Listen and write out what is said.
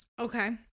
Okay